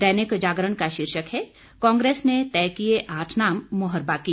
दैनिक जागरण का शीर्षक है कांग्रेस ने तय किये आठ नाम मोहर बाकी